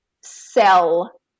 sell